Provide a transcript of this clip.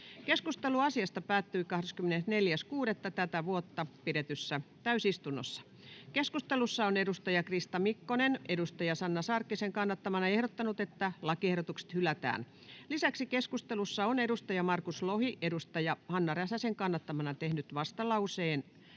Keskustelu asiasta päättyi 24.6.2024 pidetyssä täysistunnossa. Keskustelussa edustaja Krista Mikkonen on edustaja Hanna Sarkkisen kannattamana ehdottanut, että lakiehdotukset hylätään. Lisäksi keskustelussa edustaja Markus Lohi on edustaja Hanna Räsäsen kannattamana tehnyt vastalauseen